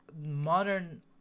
Modern